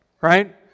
Right